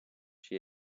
she